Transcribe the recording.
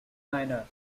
niner